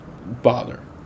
bother